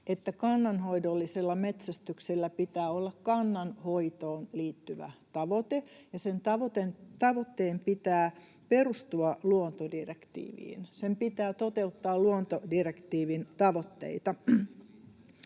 että kannanhoidollisella metsästyksellä pitää olla kannanhoitoon liittyvä tavoite ja sen tavoitteen pitää perustua luontodirektiiviin, sen pitää toteuttaa luontodirektiivin tavoitteita.